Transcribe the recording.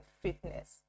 fitness